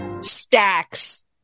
Stacks